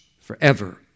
forever